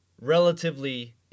relatively